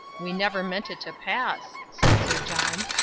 we never meant it to pass, said sir john.